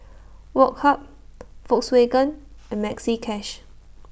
Woh Hup Volkswagen and Maxi Cash